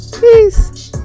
Peace